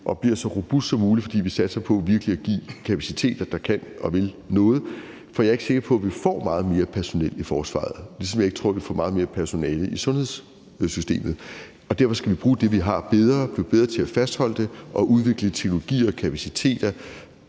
og bliver så robust som muligt, fordi vi satser på virkelig at give kapaciteter, der kan og vil noget. For jeg ikke sikker på, at vi får meget mere personel i forsvaret, ligesom jeg ikke tror, at vi får meget mere personale i sundhedssystemet. Derfor skal vi bruge det, vi har, bedre, blive bedre til at fastholde det og udvikle teknologier og kapaciteter,